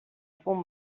fum